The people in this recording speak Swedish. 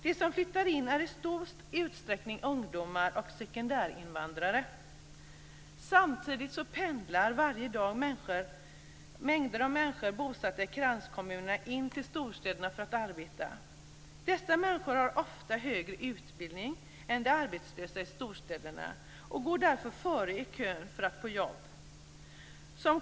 De som flyttar in är i stor utsträckning ungdomar och sekundärinvandrare. Samtidigt pendlar varje dag mängder av människor bosatta i kranskommunerna in till storstäderna för att arbeta. Dessa människor har ofta högre utbildning än de arbetslösa i storstäderna och går därför före i kön till att få jobb.